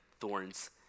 thorns